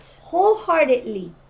wholeheartedly